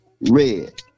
red